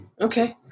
Okay